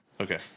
Okay